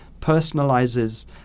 personalizes